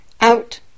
out